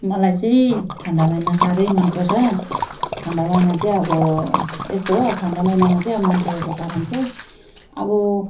मलाई चाहिँ ठन्डा महिना साह्रै मनपर्छ ठन्डा महिना चाहिँ अब यस्तो हो अब ठन्डा महिनामा चाहिँ अब मनपरेको कारण चाहिँ अब